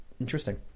Interesting